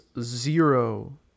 zero